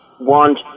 want